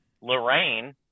lorraine